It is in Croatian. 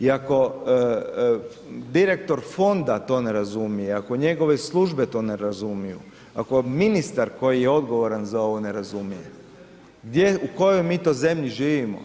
I ako direktor fonda to ne razumije, ako njegove službe to ne razumiju, ako ministar koji je odgovoran za ovo ne razumije, gdje u kojoj mi to zemlji živimo?